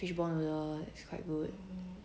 fishball noodle it's quite good